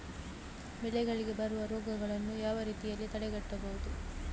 ಬೆಳೆಗಳಿಗೆ ಬರುವ ರೋಗಗಳನ್ನು ಯಾವ ರೀತಿಯಲ್ಲಿ ತಡೆಗಟ್ಟಬಹುದು?